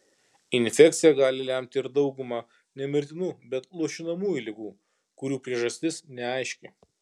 infekcija gali lemti ir daugumą ne mirtinų bet luošinamųjų ligų kurių priežastis neaiški